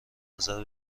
نظر